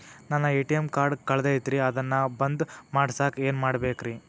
ನನ್ನ ATM card ಕಳದೈತ್ರಿ ಅದನ್ನ ಬಂದ್ ಮಾಡಸಾಕ್ ಏನ್ ಮಾಡ್ಬೇಕ್ರಿ?